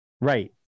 Right